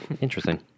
Interesting